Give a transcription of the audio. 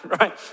right